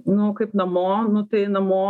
nu kaip namo nu tai namo